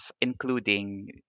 including